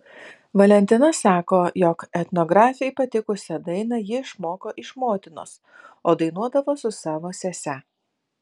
valentina sako jog etnografei patikusią dainą ji išmoko iš motinos o dainuodavo su savo sese